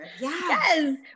Yes